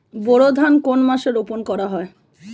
বোরো ধান কোন মাসে রোপণ করা হয়?